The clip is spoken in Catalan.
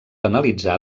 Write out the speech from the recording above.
analitzar